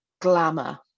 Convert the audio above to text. glamour